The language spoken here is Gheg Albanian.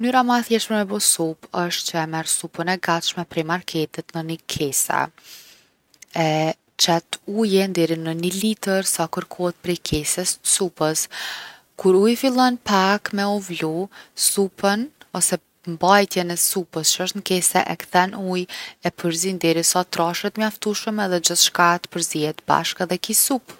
Mnyra ma e thjeshtë për me bo supë osht që e merr supën e gatshme prej marketit në ni kese. E qet ujin deri në 1 litër sa kërkohet prej kesës t’supës. Kur uji fillon pak me vlu, supën ose mbajtjen e supës që osht n’kese e kthen n’ujë, e përzinë derisa t’trashet mjaftushëm edhe gjithçka t’përzihet bashkë edhe ki supë.